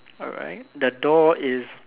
alright the door is